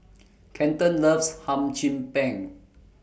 Kenton loves Hum Chim Peng